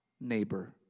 neighbor